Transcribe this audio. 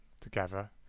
together